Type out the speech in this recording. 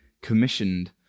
commissioned